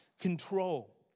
Control